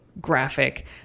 graphic